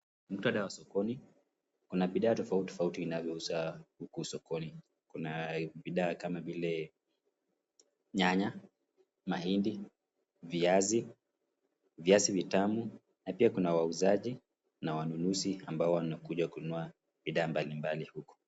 Muktadha wa sokoni, kuna bidhaa tofauti tofauti inayouzwa huku sokoni, kuna bidhaa kama vile nyanya, mahindi, viazi, viazi vitamu na pia kuna wauzaji na wanunuzi ambao wanakuja kununua bidhaa mbalimbali huku.